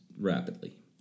rapidly